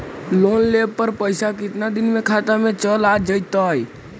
Loan लेब पर पैसा कितना दिन में खाता में चल आ जैताई?